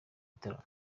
gitaramo